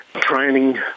training